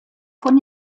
von